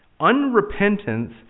Unrepentance